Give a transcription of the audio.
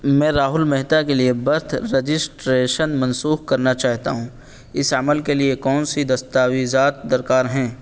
میں راہل مہتا کے لیے برتھ رجسٹریشن منسوخ کرنا چاہتا ہوں اس عمل کے لیے کون سی دستاویزات درکار ہیں